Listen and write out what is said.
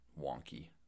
wonky